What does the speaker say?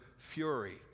Fury